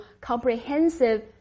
comprehensive